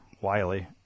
Wiley